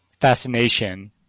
fascination